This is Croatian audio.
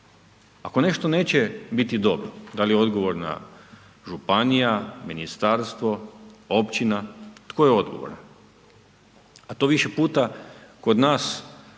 Ako nešto neće biti dobro, da li je odgovorna županija, ministarstvo, općina, tko je odgovoran a to više puta kod nas